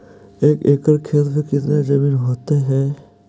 एक एकड़ खेत कितनी जमीन होते हैं?